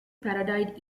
parodied